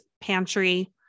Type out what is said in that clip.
pantry